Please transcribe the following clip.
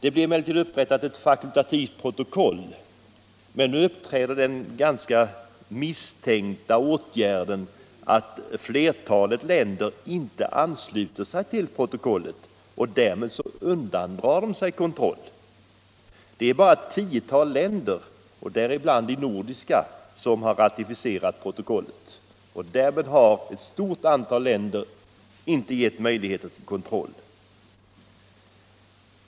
Ett fakultativt protokoll upprättades emellertid, men nu uppträder den misstänkta åtgärden att flertalet länder inte ansluter sig till protokollet och därmed undandrar sig kontroll. Det är endast ett tiotal länder, däribland de nordiska, som har ratificerat protokollet. Därmed har ett stort antal länder inte getts möjligheter till kontroll.